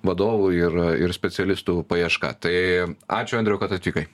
vadovų ir ir specialistų paieška tai ačiū andriau kad atvykai